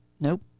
nope